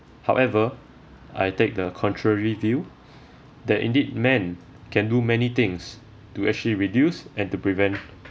however I take the contrary view that indeed men can do many things to actually reduce and to prevent